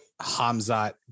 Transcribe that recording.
hamzat